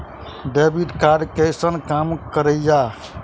Debit card कैसन काम करेया?